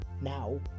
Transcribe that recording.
now